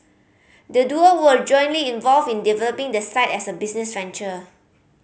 the duo were jointly involved in developing the site as a business venture